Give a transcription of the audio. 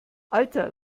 alter